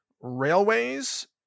railways